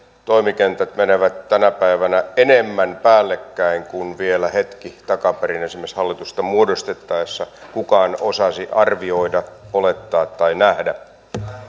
toimikentät menevät tänä päivänä enemmän päällekkäin kuin vielä hetki takaperin esimerkiksi hallitusta muodostettaessa kukaan osasi arvioida olettaa tai nähdä